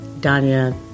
Danya